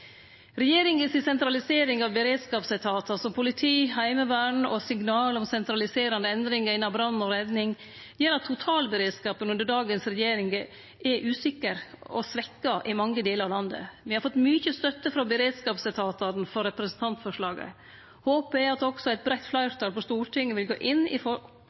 Regjeringa si sentralisering av beredskapsetatar som politi og heimevern og signal om sentraliserande endringar innan brann og redning gjer at totalberedskapen under dagens regjering er usikker og svekt i mange delar av landet. Me har fått mykje støtte frå beredskapsetatane for representantforslaget. Håpet er at også eit breitt fleirtal på Stortinget vil